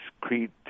Creed